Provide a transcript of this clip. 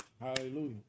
Hallelujah